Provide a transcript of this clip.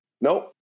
Nope